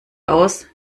aus